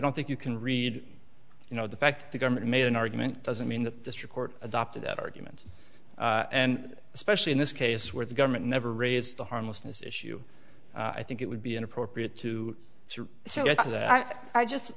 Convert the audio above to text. don't think you can read you know the fact the government made an argument doesn't mean the district court adopted that argument and especially in this case where the government never raised the harmlessness issue i think it would be inappropriate to say so i just